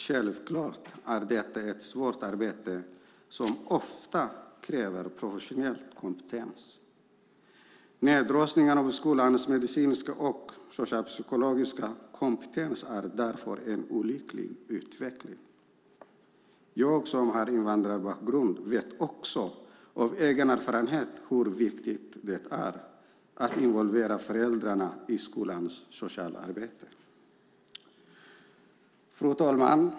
Självklart är detta ett svårt arbete som ofta kräver professionell kompetens. Nedrustningarna på skolans medicinska och socialpsykologiska kompetens är därför en olycklig utveckling. Jag som har invandrarbakgrund vet också av egen erfarenhet hur viktigt det är att involvera föräldrarna i skolans sociala arbete. Fru talman!